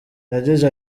yagize